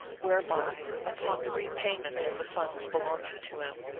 whereby, upon the repayment of the funds belonging to him,